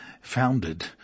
founded